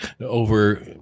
over